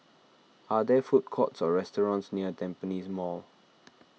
are there food courts or restaurants near Tampines Mall